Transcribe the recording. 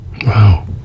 Wow